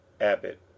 Abbott